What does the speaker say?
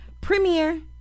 premiere